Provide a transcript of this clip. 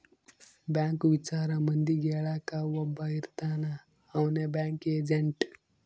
bank ವಿಚಾರ ಮಂದಿಗೆ ಹೇಳಕ್ ಒಬ್ಬ ಇರ್ತಾನ ಅವ್ನೆ ಬ್ಯಾಂಕ್ ಏಜೆಂಟ್